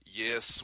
yes